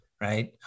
Right